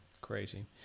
crazy